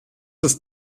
ist